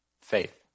faith